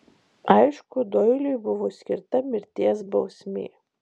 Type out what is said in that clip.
aišku doiliui buvo skirta mirties bausmė